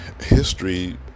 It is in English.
history